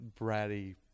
bratty